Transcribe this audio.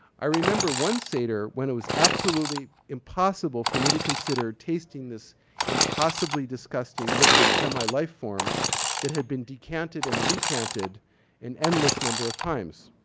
i remember one seder when it was absolutely impossible for me to consider tasting this impossibly disgusting liquid semi-life form that had been decanted and recanted an endless number of times.